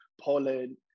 Poland